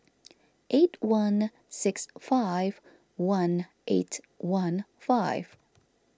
eight one six five one eight one five